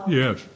yes